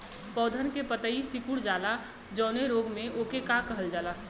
पौधन के पतयी सीकुड़ जाला जवने रोग में वोके का कहल जाला?